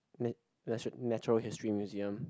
na~ nationa~ Natural History Museum